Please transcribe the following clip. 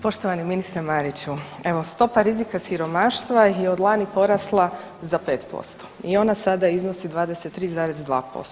Poštovani ministre Mariću, evo stopa rizika siromaštva je od lani porasla za 5% i ona sada iznosi 23,2%